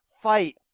fight